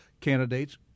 candidates